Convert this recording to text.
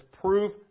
proof